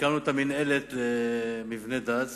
הקמנו את המינהלת למבני דת,